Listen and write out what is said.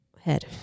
head